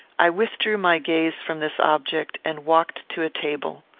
i withdrew my gaze from this object, and walked to a table.